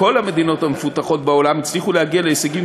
בכל המדינות המפותחות בעולם שהצליחו להגיע להישגים